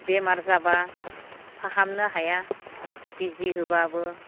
बेमार जाबा फाहामनो हाया बिजि होबाबो